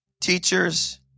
teachers